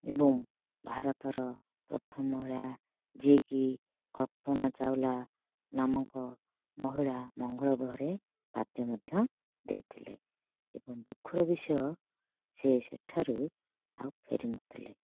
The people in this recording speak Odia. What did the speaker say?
ଏବଂ ଭାରତର ପ୍ରଥମ ମହିଳା ଯିଏ କି କଳ୍ପନା ଚାୱଲା ନାମକ ମହିଳା ମଙ୍ଗଳ ଗ୍ରହରେ ପାଦ ମଧ୍ୟ ଦେଇଥିଲେ ଏବଂ ଦୁଃଖର ବିଷୟ ସେ ସେଠାରୁ ଆଉ ଫେରିନଥିଲେ